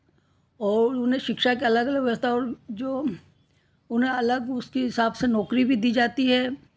और उन्हें शिक्षा के अलग अलग व्यवस्था और जो उन्हें अलग उसकी हिसाब से नौकरी भी दी जाती है